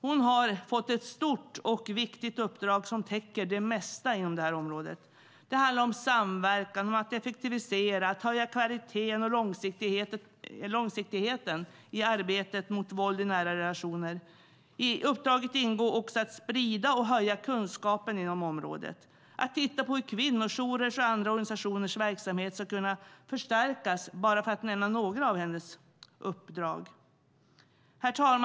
Hon har fått ett stort och viktigt uppdrag som täcker det mesta inom detta område. Det handlar om samverkan, om att effektivisera, om att höja kvaliteten och långsiktigheten i arbetet mot våld i nära relationer. I uppdraget ingår också att sprida och höja kunskapen inom området och att titta på hur kvinnojourers och andra organisationers verksamhet ska kunna förstärkas - bara för att nämna några av hennes uppdrag. Herr talman!